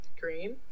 green